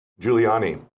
Giuliani